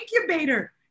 incubator